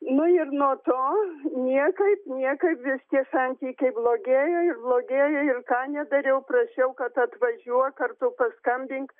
nu ir nuo to niekaip niekaip vis tie santykiai blogėjo ir blogėjo ir ką nedariau prašiau kad atvažiuok ar tu paskambink